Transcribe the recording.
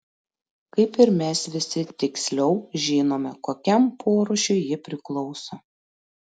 kaip ir mes visi tiksliau žinome kokiam porūšiui ji priklauso